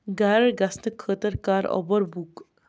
گَرٕ گژھنہٕ خٲطرٕ کر اوبر بُک